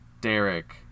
Derek